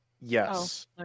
Yes